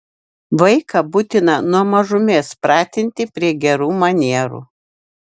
vaiką būtina nuo mažumės pratinti prie gerų manierų